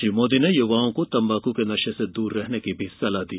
श्री मोदी ने युवाओं को तम्बाकू के नशे से दूर रहने की भी सलाह दी